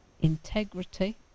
integrity